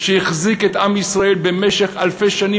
שהחזיק את עם ישראל במשך אלפי שנים,